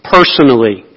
Personally